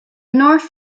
north